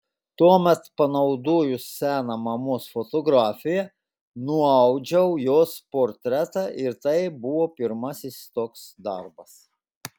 tuomet panaudojus seną mamos fotografiją nuaudžiau jos portretą ir tai buvo pirmasis toks darbas